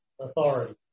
authority